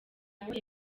nawe